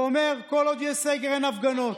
סגר סביבנו,